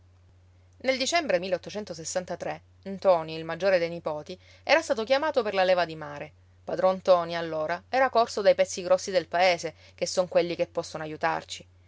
nel dicembre toni il maggiore dei nipoti era stato chiamato per la leva di mare padron ntoni allora era corso dai pezzi grossi del paese che son quelli che possono aiutarci